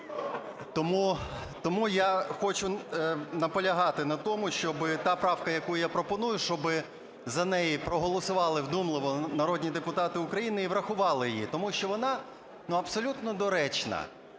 Тому я хочу наполягати на тому, щоб та правка, яку я пропоную, щоб за неї проголосували вдумливо народні депутати України і врахували її, тому що вона абсолютно доречна.